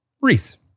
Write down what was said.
Reese